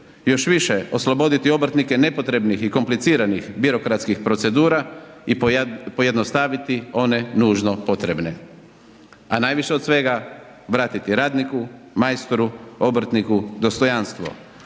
još više osloboditi obrtnike nepotrebnih i kompliciranih birokratskih procedura i pojednostaviti one nužno potrebne, a najviše od svega vratiti radniku, majstoru, obrtniku dostojanstvo.